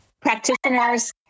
Practitioners